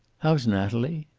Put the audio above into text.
how's natalie?